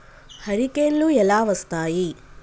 హరికేన్లు ఎలా వస్తాయి?